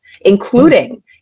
including